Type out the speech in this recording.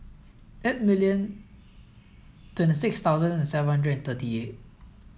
eight million twenty six thousand and seven hundred and thirty eight